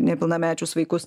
nepilnamečius vaikus